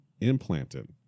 implanted